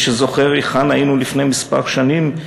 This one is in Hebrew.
מי שזוכר היכן היינו לפני מספר שנים,